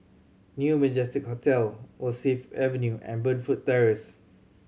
New Majestic Hotel Rosyth Avenue and Burnfoot Terrace